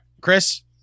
Chris